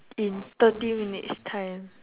in thirty minutes time